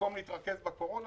במקום להתרכז בקורונה?